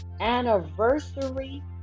anniversary